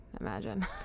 Imagine